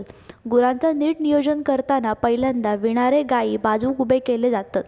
गुरांचा नीट नियोजन करताना पहिल्यांदा विणारे गायी बाजुक उभे केले जातत